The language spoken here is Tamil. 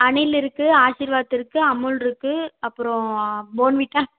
அணில் இருக்கு ஆஷிர்வாத் இருக்கு அமுல்ருக்கு அப்புறோம் போன்விட்டா